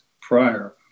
prior